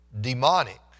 demonic